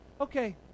Okay